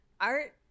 art